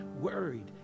worried